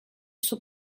suo